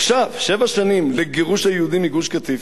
עכשיו שבע שנים לגירוש היהודים מגוש-קטיף,